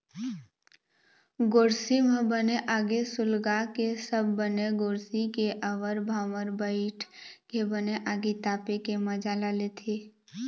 गोरसी म बने आगी सुलगाके सब बने गोरसी के आवर भावर बइठ के बने आगी तापे के मजा ल लेथे